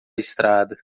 estrada